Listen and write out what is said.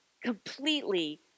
completely